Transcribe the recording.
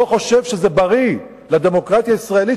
לא חושב שזה בריא לדמוקרטיה הישראלית